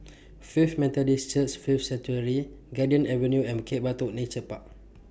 Faith Methodist Church Faith Sanctuary Garden Avenue and Bukit Batok Nature Park